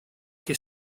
che